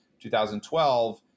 2012